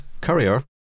Courier